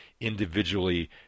individually